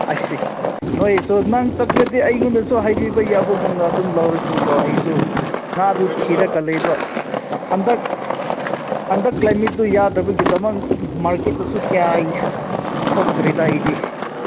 ꯑꯩꯁ ꯑꯩꯁ ꯅꯣꯏꯁꯨ ꯅꯪ ꯆꯠꯂꯗꯤ ꯑꯩꯉꯣꯟꯗꯁꯨ ꯍꯥꯏꯕꯤꯕ ꯌꯥꯕꯒꯨꯝꯅ ꯑꯗꯨꯝ ꯂꯧꯔꯁꯨ ꯀꯣ ꯑꯩꯁꯨ ꯉꯥꯗꯨ ꯊꯤꯔꯒ ꯂꯩꯕ ꯍꯟꯗꯛ ꯍꯟꯗꯛ ꯀ꯭ꯂꯥꯏꯃꯦꯠꯇꯨ ꯌꯥꯗꯕꯒꯤꯗꯃꯛ ꯃꯥꯔꯀꯦꯠꯇꯁꯨ ꯀꯌꯥ ꯊꯣꯛꯇ꯭ꯔꯦꯗ ꯑꯩꯗꯤ